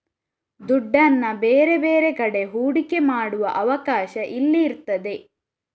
ದುಡ್ಡನ್ನ ಬೇರೆ ಬೇರೆ ಕಡೆ ಹೂಡಿಕೆ ಮಾಡುವ ಅವಕಾಶ ಇಲ್ಲಿ ಇರ್ತದೆ